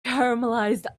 caramelized